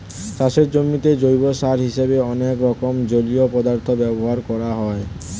চাষের জমিতে জৈব সার হিসেবে অনেক রকম জলীয় পদার্থ ব্যবহার করা হয়